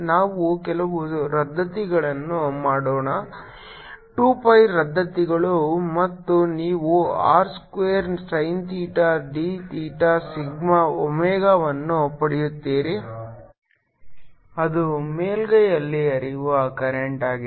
ನಾವು ಕೆಲವು ರದ್ದತಿಗಳನ್ನು ಮಾಡೋಣ 2 pi ರದ್ದತಿಗಳು ಮತ್ತು ನೀವು R square sin theta d theta sigma ಒಮೆಗಾವನ್ನು ಪಡೆಯುತ್ತೀರಿ ಅದು ಮೇಲ್ಮೈಯಲ್ಲಿ ಹರಿಯುವ ಕರೆಂಟ್ ಆಗಿದೆ